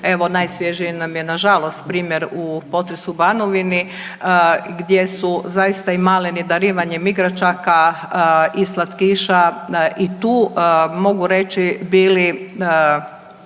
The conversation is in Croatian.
evo najsvježiji nam je nažalost primjer u, potres u Banovini gdje su zaista i maleni darivanjem igračaka i slatkiša i tu mogu reći bili